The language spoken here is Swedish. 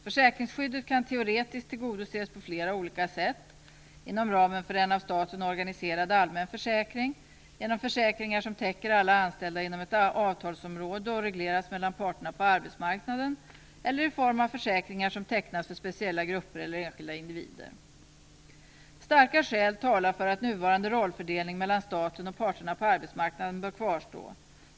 Försäkringsskyddet kan teoretiskt tillgodoses på flera olika sätt: inom ramen för en av staten organiserad allmän försäkring, genom försäkringar som täcker alla anställda inom ett avtalsområde och regleras mellan parterna på arbetsmarknaden eller i form av försäkringar som tecknas för speciella grupper eller enskilda individer. Starka skäl talar för att nuvarande rollfördelning mellan staten och parterna på arbetsmarknaden bör kvarstå.